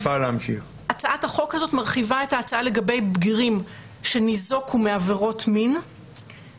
הצעת החוק הזאת מרחיבה את ההצעה לגבי בגירים שניזוקו מעבירות מין,